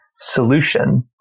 solution